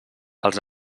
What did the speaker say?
els